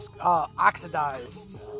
oxidized